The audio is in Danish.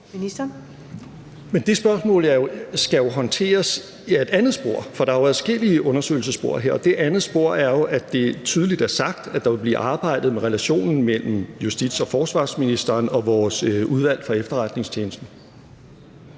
det spørgsmål skal jo håndteres i et andet spor, for der er adskillige undersøgelsesspor her, og dét andet spor er jo, at det tydeligt er sagt, at der vil blive arbejdet med relationen mellem justitsministeren, forsvarsministeren og Folketingets Udvalg vedrørende Efterretningstjenesterne.